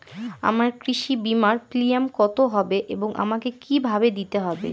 আমার কৃষি বিমার প্রিমিয়াম কত হবে এবং আমাকে কি ভাবে দিতে হবে?